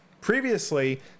Previously